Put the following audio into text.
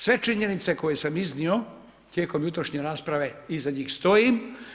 Sve činjenice koje sam iznio tijekom jutrošnje rasprave, iza njih stojim.